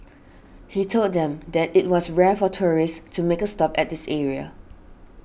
he told them that it was rare for tourists to make a stop at this area